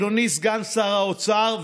אדוני סגן שר האוצר,